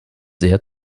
sehr